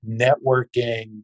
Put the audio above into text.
networking